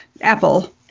Apple